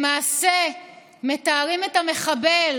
למעשה מתארים את המחבל